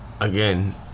Again